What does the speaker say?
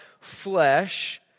flesh